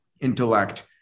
intellect